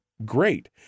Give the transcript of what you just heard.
great